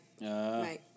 Right